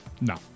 No